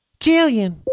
Jillian